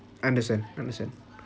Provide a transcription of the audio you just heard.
understand understand